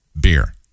beer